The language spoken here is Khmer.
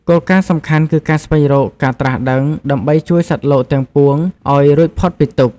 គោលការណ៍សំខាន់គឺការស្វែងរក ការត្រាស់ដឹង ដើម្បីជួយសត្វលោកទាំងពួងឱ្យរួចផុតពីទុក្ខ។